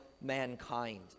mankind